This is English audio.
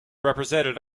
represented